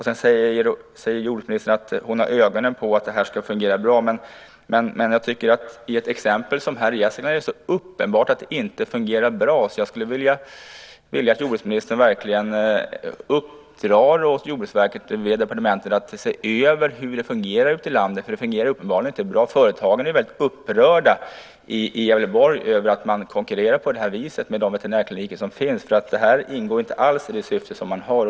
Sedan säger jordbruksministern att hon har ögonen på att det här ska fungera bra. Men jag tycker att enligt det exempel som här ges är det så uppenbart att det inte fungerar bra. Jag skulle vilja att jordbruksministern uppdrar åt Jordbruksverket via departementet att se över hur det fungerar ute i landet. Det fungerar uppenbarligen inte. Företagarna är väldigt upprörda i Gävleborg över att man konkurrerar på det här viset med de veterinärkliniker som finns. Det här ingår inte alls i det syfte som man har.